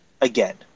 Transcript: again